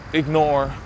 ignore